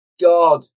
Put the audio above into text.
God